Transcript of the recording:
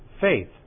faith